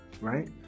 Right